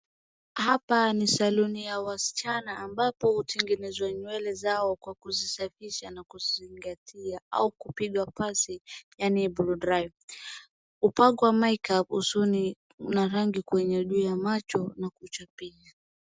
Hapa ni saluni ya wasichana ambapo hutengenezwa nywele zao kwa kuzisafisha na kuzizingatia au kupigwa pasi yaani blowdry , hupakwa make-up usuni na rangi kwenye juu ya macho na kuchapishwa.